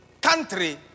country